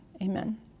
Amen